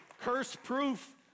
curse-proof